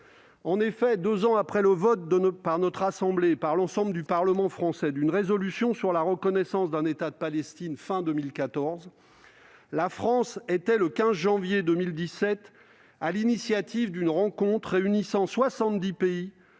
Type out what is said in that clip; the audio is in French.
Trump. Deux ans après le vote par notre assemblée, et par l'ensemble du Parlement, d'une résolution sur la reconnaissance d'un État de Palestine, à la fin de 2014, la France était, le 15 janvier 2017, à l'initiative d'une rencontre réunissant 70 pays